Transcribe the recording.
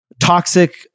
Toxic